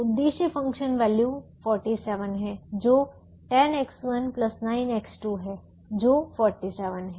उद्देश्य function value 47 है जो 10X19X2 है जो 47 है